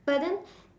but then